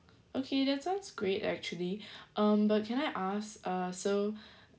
okay that sounds great actually um but can I ask uh so